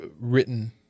written